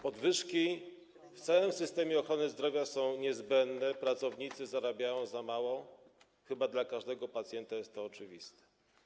Podwyżki w całym systemie ochrony zdrowia są niezbędne, pracownicy zarabiają za mało, chyba dla każdego pacjenta jest to oczywiste.